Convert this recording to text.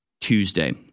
Tuesday